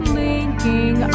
linking